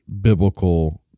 biblical